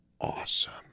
awesome